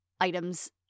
items